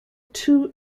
two